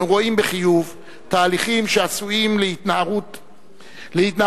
אנו רואים בחיוב תהליכים שעשויים להביא להתנערות